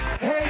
hey